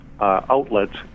outlets